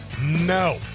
no